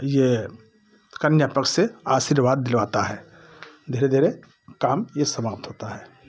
ये कन्या पक्ष से आशीर्वाद दिलवाता है धीरे धीरे ये काम समाप्त होता है